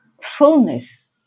fullness